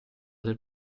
del